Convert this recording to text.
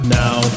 now